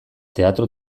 teatro